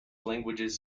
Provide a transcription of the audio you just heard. languages